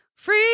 Free